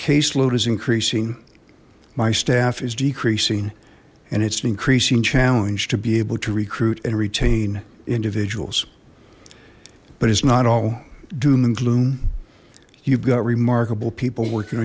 caseload is increasing my staff is decreasing and it's an increasing challenge to be able to recruit and retain individuals but it's not all doom and gloom you've got remarkable people working